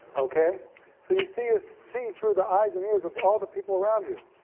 okay so you see ah see through the eyes and ears of all the people around you.